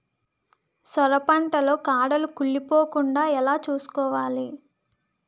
సొర పంట లో కాడలు కుళ్ళి పోకుండా ఎలా చూసుకోవాలి?